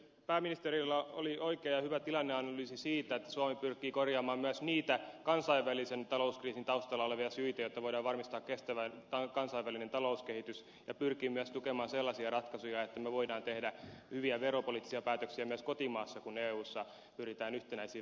pääministerillä oli oikea ja hyvä tilanneanalyysi siitä että suomi pyrkii korjaamaan myös kansainvälisen talouskriisin taustalla olevia syitä jotta voidaan varmistaa kestävä kansainvälinen talouskehitys ja pyrkiä myös tukemaan sellaisia ratkaisuja että me voimme tehdä hyviä veropoliittisia päätöksiä myös kotimaassa kun eussa pyritään yhtenäisiin veropäätöksiin